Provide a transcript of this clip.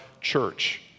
church